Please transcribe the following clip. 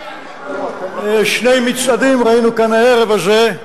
שני מצעדים ראינו כאן הערב הזה,